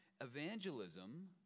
Evangelism